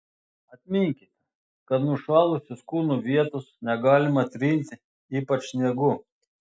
atminkite kad nušalusios kūno vietos negalima trinti ypač sniegu